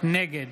נגד